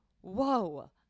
whoa